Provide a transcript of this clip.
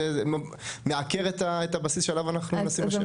זה מעקר את הבסיס שעליו אנחנו מנסים לשבת.